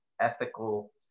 ethical